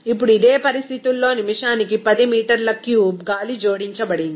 ఇప్పుడు ఇదే పరిస్థితుల్లో నిమిషానికి 10 మీటర్ల క్యూబ్ గాలి జోడించబడింది